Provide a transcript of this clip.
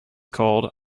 called